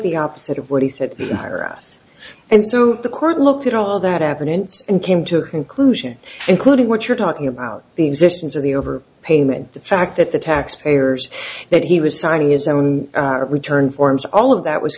the opposite of what he said it harassed and so the court looked at all that happened in and came to a conclusion including what you're talking about the existence of the over payment the fact that the tax payers that he was signing his own returned forms all of that was